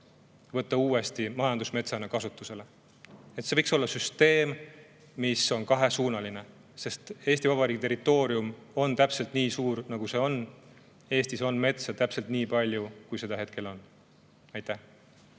võtta uuesti majandusmetsana kasutusele. See võiks olla süsteem, mis on kahesuunaline, sest Eesti Vabariigi territoorium on täpselt nii suur, nagu see on. Eestis on metsa täpselt nii palju, kui seda hetkel on. Urve